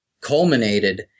culminated